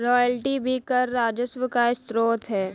royalty भी कर राजस्व का स्रोत है